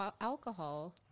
alcohol